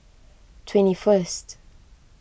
twenty first